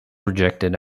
rejected